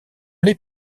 les